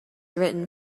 written